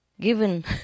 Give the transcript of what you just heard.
Given